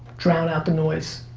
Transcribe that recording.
drown out the noise.